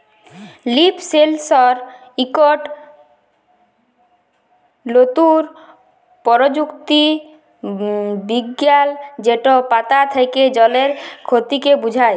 leaf সেলসর ইকট লতুল পরযুক্তি বিজ্ঞাল যেট পাতা থ্যাকে জলের খতিকে বুঝায়